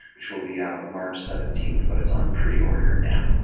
which will be out march seventeenth, but it's on preorder now